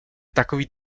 takový